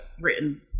written